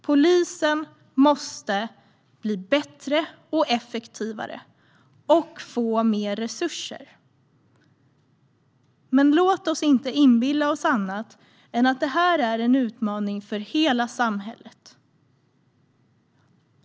Polisen måste bli bättre och effektivare och få mer resurser. Men låt oss inte inbilla oss annat än att detta är en utmaning för hela samhället.